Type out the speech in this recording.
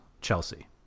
Chelsea